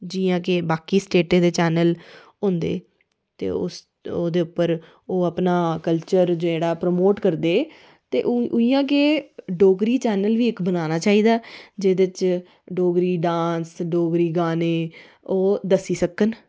जि'यां कि बाकी स्टेटें दे चैनल होंदे ओह्दे उप्पर ओह् अपना कल्चर जेह्ड़ा प्रमोट करदे ते इ'यां गै डोगरी चैनल बी इक बनाना चाहिदा ऐ जेह्दे च डोगरी डांस डोगरी गाने दस्सी सकन